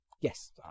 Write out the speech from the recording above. Yes